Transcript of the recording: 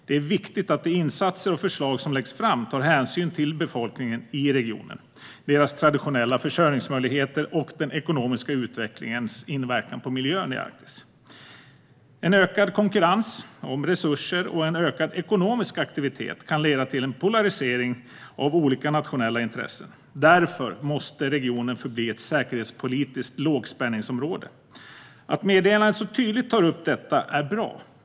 Det är viktigt att de insatsförslag som läggs fram tar hänsyn till befolkningen i regionen, deras traditionella försörjningsmöjligheter och den ekonomiska utvecklingens inverkan på miljön i Arktis. En ökad konkurrens om resurser och en ökad ekonomisk aktivitet kan leda till en polarisering av olika nationella intressen. Därför måste regionen förbli ett säkerhetspolitiskt lågspänningsområde. Att meddelandet så tydligt tar upp detta är bra.